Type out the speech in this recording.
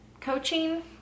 coaching